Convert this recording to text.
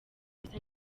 bisa